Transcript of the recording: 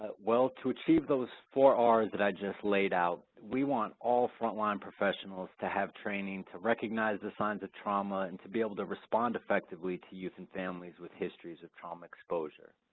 well to achieve those four r's that i just laid out, we want all frontline professionals to have training to recognize the signs of trauma and to be able to respond effectively to youth and families with histories of trauma exposure.